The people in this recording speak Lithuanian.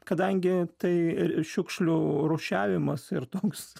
kadangi tai ir šiukšlių rūšiavimas ir toks